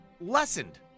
lessened